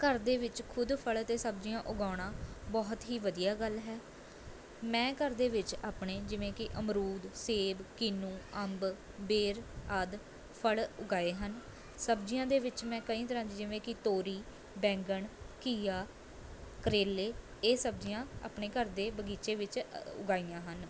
ਘਰ ਦੇ ਵਿੱਚ ਖੁਦ ਫਲ਼ ਅਤੇ ਸਬਜ਼ੀਆਂ ਉਗਾਉਣਾ ਬਹੁਤ ਹੀ ਵਧੀਆ ਗੱਲ ਹੈ ਮੈਂ ਘਰ ਦੇ ਵਿੱਚ ਆਪਣੇ ਜਿਵੇਂ ਕਿ ਅਮਰੂਦ ਸੇਬ ਕੀਨੂੰ ਅੰਬ ਬੇਰ ਆਦਿ ਫਲ ਉਗਾਏ ਹਨ ਸਬਜ਼ੀਆਂ ਦੇ ਵਿੱਚ ਮੈਂ ਕਈ ਤਰ੍ਹਾਂ ਦੀ ਜਿਵੇਂ ਕਿ ਤੋਰੀ ਬੈਂਗਨ ਘੀਆ ਕਰੇਲੇ ਇਹ ਸਬਜ਼ੀਆਂ ਆਪਣੇ ਘਰ ਦੇ ਬਗੀਚੇ ਵਿੱਚ ਅ ਉਗਾਈਆਂ ਹਨ